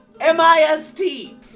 M-I-S-T